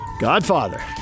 Godfather